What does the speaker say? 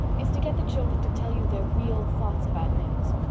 is to get the children to tell you their real thoughts about things.